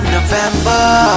November